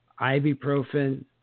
ibuprofen